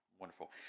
wonderful